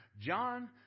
John